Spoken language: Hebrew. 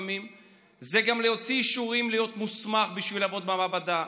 אלא זה גם להוציא אישורים להיות מוסמך בשביל לעבוד במעבדה,